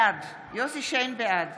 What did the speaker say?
בעד